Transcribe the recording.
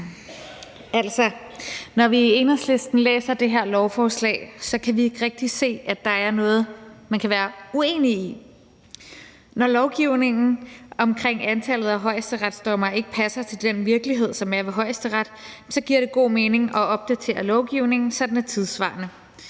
Når vi i Enhedslisten læser det her lovforslag, kan vi ikke rigtig se, at der er noget, man kan være uenig i. Når lovgivningen omkring antallet af højesteretsdommere ikke passer til den virkelighed, som er ved Højesteret, giver det god mening at opdatere lovgivningen, så den er tidssvarende.